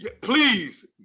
please